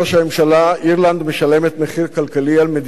אירלנד משלמת מחיר כלכלי על מדיניות שגויה,